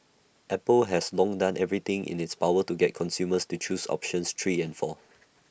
Apple has long done everything in its power to get consumers to choose options three and four